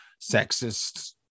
sexist